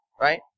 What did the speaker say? right